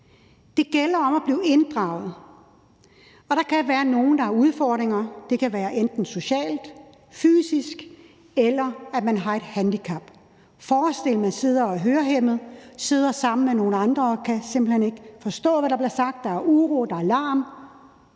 Det gælder om at blive inddraget, og der kan være nogle, der har udfordringer – det kan være enten socialt eller psykisk, eller at man har et handicap. Man kan prøve at forestille sig, at man som hørehæmmet sidder sammen med nogle andre og simpelt hen ikke kan forstå, hvad der bliver sagt – at der er uro og larm.